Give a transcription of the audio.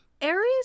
Aries